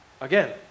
again